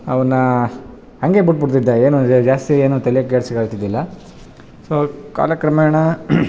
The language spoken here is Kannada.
ಅವನ್ನ ಹಂಗೇ ಬಿಟ್ಬುಡ್ತಿದ್ದೆ ಏನು ಜಾಸ್ತಿ ಏನು ತಲೆ ಕೆಡಿಸ್ಕೊಳ್ತಿದಿಲ್ಲ ಸೊ ಕಾಲಕ್ರಮೇಣ